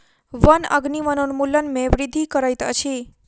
वन अग्नि वनोन्मूलन में वृद्धि करैत अछि